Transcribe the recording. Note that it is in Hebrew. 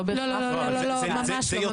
לא, ממש לא.